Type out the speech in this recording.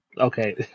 Okay